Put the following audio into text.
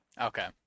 Okay